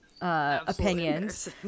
opinions